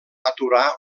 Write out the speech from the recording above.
aturar